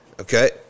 okay